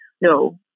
No